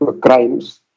crimes